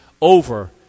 over